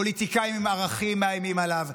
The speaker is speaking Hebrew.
פוליטיקאים עם ערכים מאיימים עליו,